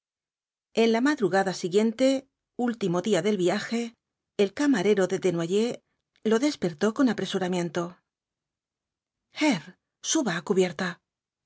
en la madrugada siguiente último día del viaje el camarero de desnoyers lo despertó con apresuramiento herr suba á cubierta